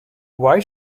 why